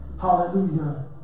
Hallelujah